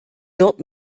dort